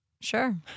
Sure